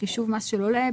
בחישוב מס של עולה,